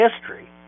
history